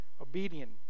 obedient